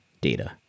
data